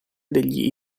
degli